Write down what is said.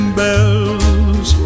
bells